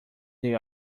they